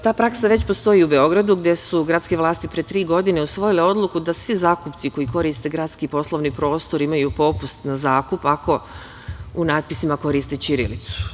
Ta praksa već postoji u Beogradu, gde su gradske vlasti pre tri godine usvojile odluku da svi zakupci koji koriste gradski i poslovni prostor imaju popust na zakup ako u natpisima koriste ćirilicu.